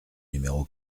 numéro